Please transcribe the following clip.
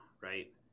right